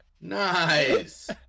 Nice